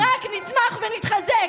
ככל שתנסו לפגוע בנו יותר, רק נצמח ונתחזק.